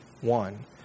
one